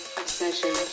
obsession